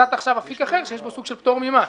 ונתת עכשיו אפיק אחר שיש בו סוג של פטור ממס?